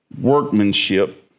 workmanship